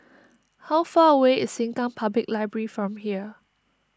how far away is Sengkang Public Library from here